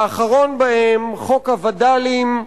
האחרון בהם, חוק הווד"לים,